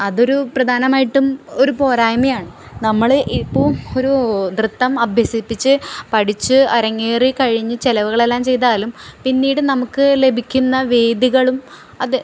അതൊരു പ്രധാനമായിട്ടും ഒരു പോരായ്മയാണ് നമ്മള് ഇപ്പോള് ഒരു നൃത്തം അഭ്യസിപ്പിച്ച് പഠിച്ച് അരങ്ങേറി കഴിഞ്ഞ് ചെലവുകളെല്ലാം ചെയ്താലും പിന്നീട് നമുക്ക് ലഭിക്കുന്ന വേദികളും അത്